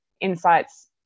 insights